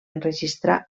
enregistrar